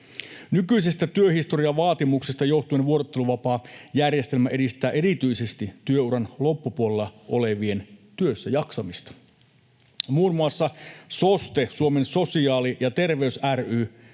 Nykyisestä työhistoriavaatimuksesta johtuen vuorotteluvapaajärjestelmä edistää erityisesti työuran loppupuolella olevien työssäjaksamista. Muun muassa SOSTE, Suomen sosiaali ja terveys ry,